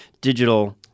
digital